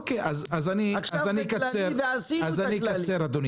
אז אני אקצר, אדוני